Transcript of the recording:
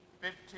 Fifteen